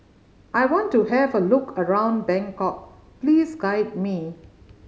I want to have a look around Bangkok please guide me